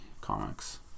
comics